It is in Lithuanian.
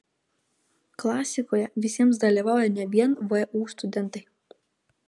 klasikoje visiems dalyvauja ne vien vu studentai